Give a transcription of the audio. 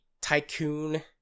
tycoon